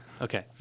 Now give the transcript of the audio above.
Okay